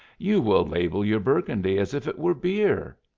you will label your burgundy as if it were beer.